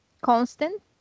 Constant